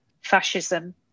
fascism